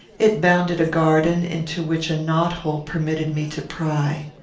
it bounded a garden into which a knot-hole permitted me to pry.